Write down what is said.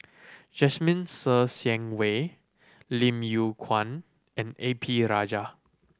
Jasmine Ser Xian Wei Lim Yew Kuan and A P Rajah